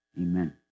amen